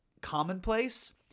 commonplace